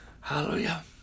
Hallelujah